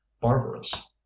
barbarous